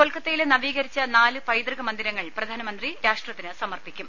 കൊൽക്കത്തയിലെ നവീകരിച്ച നാല് പൈതൃക മന്ദിരങ്ങൾ പ്രധാനമന്ത്രി രാഷ്ട്രത്തിന് സമർപ്പിക്കും